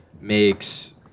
makes